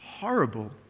horrible